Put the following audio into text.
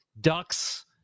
Ducks